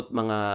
mga